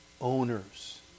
owners